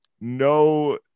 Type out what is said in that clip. no